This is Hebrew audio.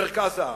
במרכז הארץ.